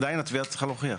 עדיין התביעה צריכה להוכיח.